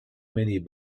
many